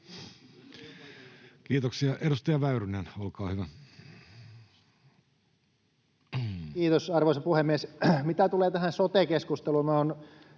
Kiitoksia. — Edustaja Väyrynen, olkaa hyvä. Kiitos, arvoisa puhemies! Mitä tulee tähän sote-keskusteluun,